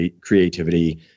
creativity